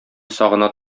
сагына